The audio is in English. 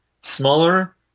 smaller